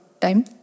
time